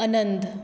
ਅਨੰਦ